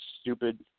stupid